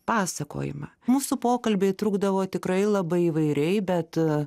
pasakojimą mūsų pokalbiai trukdavo tikrai labai įvairiai bet